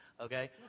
okay